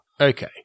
Okay